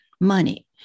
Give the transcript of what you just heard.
money